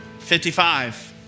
55